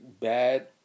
bad